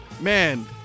man